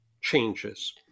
changes